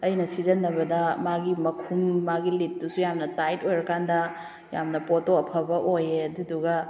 ꯑꯩꯅ ꯁꯤꯖꯤꯟꯅꯕꯗ ꯃꯥꯒꯤ ꯃꯈꯨꯝ ꯃꯥꯒꯤ ꯂꯤꯠꯇꯨꯗꯨ ꯌꯥꯝꯅ ꯇꯥꯏꯠ ꯑꯣꯏꯔꯀꯥꯟꯗ ꯌꯥꯝꯅ ꯄꯣꯠꯇꯣ ꯑꯐꯕ ꯑꯣꯏꯌꯦ ꯑꯗꯨꯗꯨꯒ